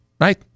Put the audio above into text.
Right